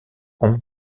hong